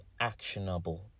actionable